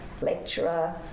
lecturer